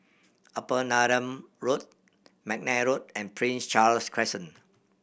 Upper Neram Road McNair Road and Prince Charles Crescent